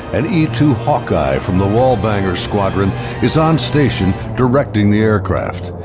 an e two hawkeye from the wall bangers squadron is on station directing the aircraft.